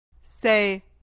Say